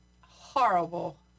horrible